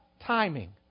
timing